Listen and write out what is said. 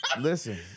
listen